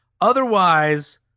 Otherwise